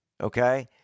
okay